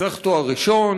צריך תואר ראשון,